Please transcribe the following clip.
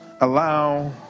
allow